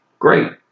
Great